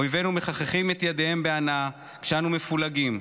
אויבינו מחככים את ידיהם בהנאה כשאנו מפולגים,